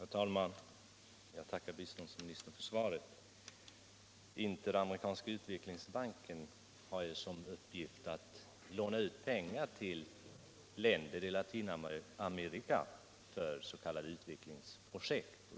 Herr talman! Jag tackar biståndsministern för svaret. Interamerikanska utvecklingsbanken har ju till uppgift att låna ut pengar till länder i Latinamerika för s.k. utvecklingsprojekt.